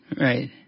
Right